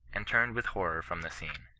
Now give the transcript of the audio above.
and turned with horror from the scene.